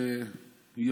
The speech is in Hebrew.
לצורך העניין,